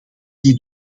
die